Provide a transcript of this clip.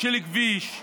של כביש,